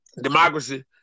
democracy